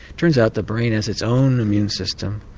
turns out the brain has its own immune system,